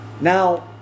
Now